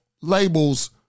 labels